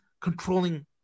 controlling